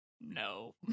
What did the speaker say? No